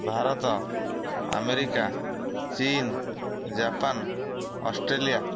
Bharat America ଚୀନ Japan Australia